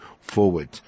forward